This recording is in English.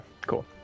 cool